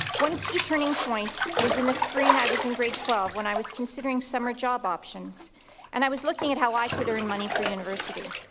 one key turning point was in the spring i was in grade twelve when i was considering summer job options and i was looking at how i could earn money for university.